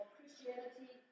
Christianity